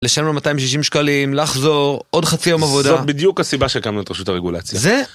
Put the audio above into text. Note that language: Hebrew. לשלם לו 260 שקלים, לחזור, עוד חצי יום עבודה... זו בדיוק הסיבה שהקמנו את רשות הרגולציה. זה...